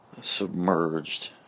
submerged